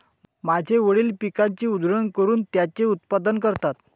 माझे वडील पिकाची उधळण करून त्याचे उत्पादन करतात